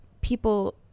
people